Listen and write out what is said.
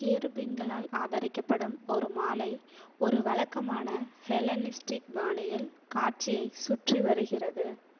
கேருபீன்களால் ஆதரிக்கப்படும் ஒரு மாலை ஒரு வழக்கமான ஹெலனிஸ்டிக் பாணியில் காட்சியை சுற்றி வருகிறது